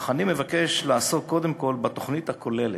אך אני מבקש לעסוק קודם כול בתוכנית הכוללת: